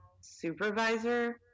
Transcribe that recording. supervisor